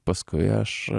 paskui aš